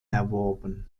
erworben